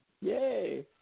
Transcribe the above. Yay